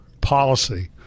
policy